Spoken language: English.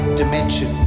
dimension